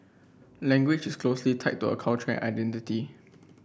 language is closely tied to a culture identity